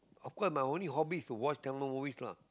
of course my only hobby is to watch Tamil movies lah